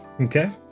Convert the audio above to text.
Okay